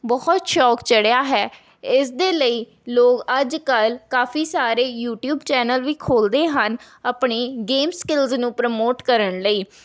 ਬਹੁਤ ਸ਼ੌਕ ਚੜ੍ਹਿਆ ਹੈ ਇਸ ਦੇ ਲਈ ਲੋਕ ਅੱਜ ਕੱਲ੍ਹ ਕਾਫੀ ਸਾਰੇ ਯੂਟਿਊਬ ਚੈੱਨਲ ਵੀ ਖੋਲ੍ਹਦੇ ਹਨ ਆਪਣੇ ਗੇਮ ਸਕਿੱਲ ਨੂੰ ਪ੍ਰੋਮੋਟ ਕਰਨ ਲਈ